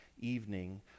evening